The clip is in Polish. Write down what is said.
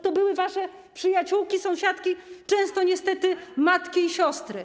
To były wasze przyjaciółki, sąsiadki, często niestety matki i siostry.